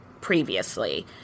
previously